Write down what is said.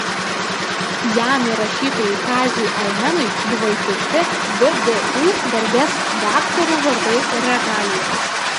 jam ir rašytojui kaziui almenui buvo įteikti vdu garbės daktarų vardai ir regalijos